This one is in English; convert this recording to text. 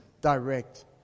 direct